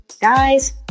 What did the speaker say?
guys